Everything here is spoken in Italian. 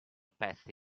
pezzi